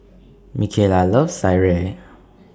Micayla loves Sireh